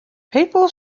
people